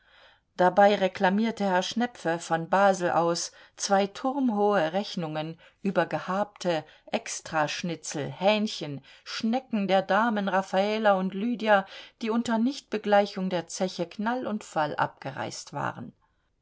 dabei reklamierte herr schnepfe von basel aus zwei turmhohe rechnungen über gehabte extraschnitzel hähnchen schnecken der damen raffala und lydia die unter nichtbegleichung der zeche knall und fall abgereist waren